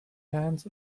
hands